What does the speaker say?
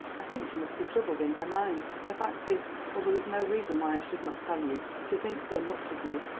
i think she must be troubled in her mind. the fact is well, there is no reason why i should not tell you she thinks so much of you,